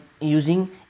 using